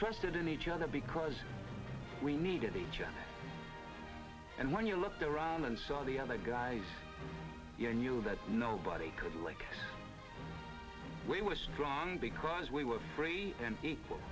trusted in each other because we needed each other and when you looked around and saw the other guys you knew that nobody could like we were strong because we were free and equal